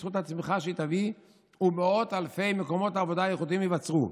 בזכות הצמיחה שהיא תביא ומאות אלפי מקומות עבודה ייחודיים שייווצרו,